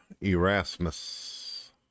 erasmus